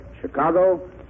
Chicago